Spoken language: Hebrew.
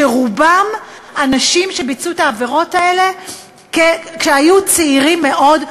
שרובם אנשים שביצעו את העבירות האלה כשהיו צעירים מאוד,